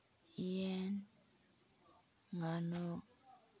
ꯌꯦꯟ ꯉꯥꯅꯨ